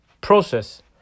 process